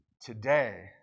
today